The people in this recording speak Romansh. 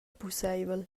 pusseivel